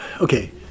Okay